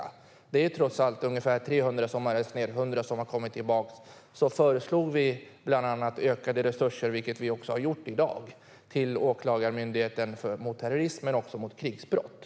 Det är trots allt ungefär 300 som har rest ned och 100 som har kommit tillbaka. Sverige föreslog bland annat ökade resurser, vilket vi också har gjort i dag, till Åklagarmyndigheten mot terrorism och krigsbrott.